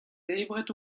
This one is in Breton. debret